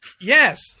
Yes